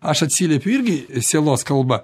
aš atsiliepiu irgi sielos kalba